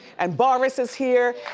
and boris is here.